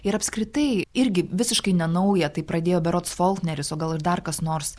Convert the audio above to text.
ir apskritai irgi visiškai nenauja tai pradėjo berods folkneris o gal ir dar kas nors